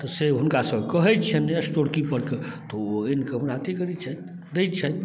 तऽ से हुनकासँ कहै छियनि स्टोर कीपरके तऽ ओ आनिकऽ हमरा अथी करै छथि दै छथि